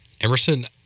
emerson